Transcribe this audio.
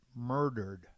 murdered